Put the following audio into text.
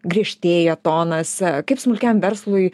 griežtėja tonas kaip smulkiam verslui